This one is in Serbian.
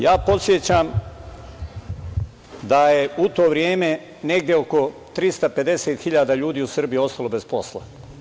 Ja podsećam da je u to vreme negde oko 350.000 ljudi u Srbiji ostalo bez posla.